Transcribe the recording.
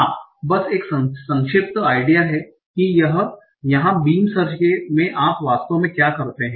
हाँ बस एक संक्षिप्त आइडिया है यहाँ बीम सर्च में आप वास्तव में क्या करते हैं